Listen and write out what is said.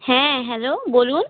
হ্যাঁ হ্যালো বলুন